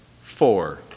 four